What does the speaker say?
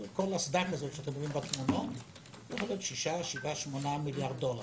כל אסדה כזאת בתמונות זה 8-7-6 מיליארד דולר,